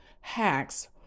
hacks